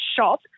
shop